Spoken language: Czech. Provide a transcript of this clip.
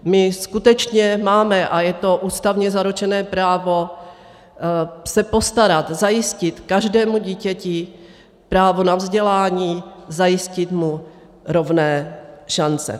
My se skutečně máme a je to ústavně zaručené právo postarat, zajistit každému dítěti právo na vzdělání, zajistit mu rovné šance.